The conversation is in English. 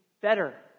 better